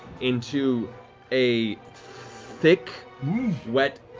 into a thick, wet,